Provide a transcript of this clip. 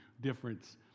difference